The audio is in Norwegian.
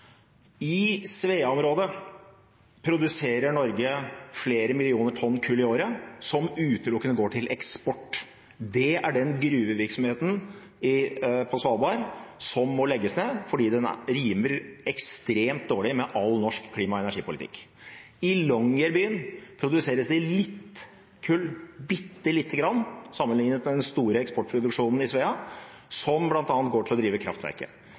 I Svea-området produserer Norge flere millioner tonn kull i året som utelukkende går til eksport. Det er den gruvevirksomheten på Svalbard som må legges ned, fordi den rimer ekstremt dårlig med all norsk klima- og energipolitikk. I Longyearbyen produseres det litt kull, bittelite grann sammenlignet med den store eksportproduksjonen i Svea, som bl.a. går til å drive kraftverket.